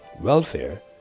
welfare